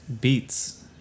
beats